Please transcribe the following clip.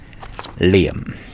Liam